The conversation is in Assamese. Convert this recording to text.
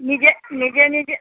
নিজে নিজে নিজে